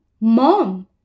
Mom